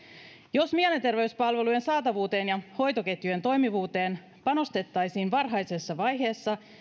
jos mielenterveyspalvelujen saatavuuteen ja hoitoketjujen toimivuuteen panostettaisiin varhaisessa vaiheessa